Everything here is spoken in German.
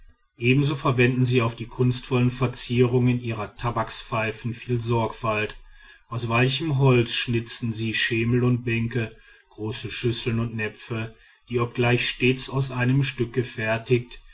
ebenso verwenden sie auf die kunstvolle verzierung ihrer tabakspfeifen viel sorgfalt aus weichem holz schnitzen sie schemel und bänke große schüsseln und näpfe die obgleich stets aus einem stück gefertigt